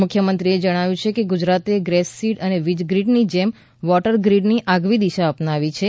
મુખ્યમંત્રીએ જણાવ્યું કે ગુજરાતે ગેસગ્રીડ અને વીજગ્રીડની જેમ વોટરગ્રીડની આગવી દિશા અપનાવી છે